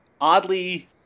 oddly